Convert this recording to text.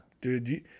dude